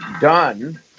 done